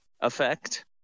effect